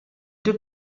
deux